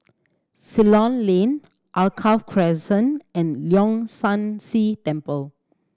Ceylon Lane Alkaff Crescent and Leong San See Temple